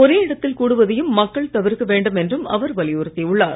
ஒரே இடத்தில் கூடுவதையும் மக்கள் தவிர்க்க வேண்டும் என்றும் அவர் வலியுறுத்தியுள்ளார்